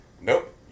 Nope